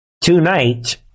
tonight